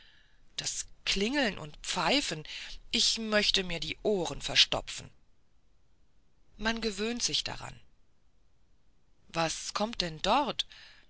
das klingeln und pfeifen ich möchte mir die ohren verstopfen man gewöhnt sich daran was kommt denn dort